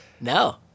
No